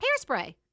Hairspray